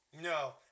No